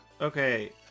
Okay